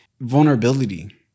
vulnerability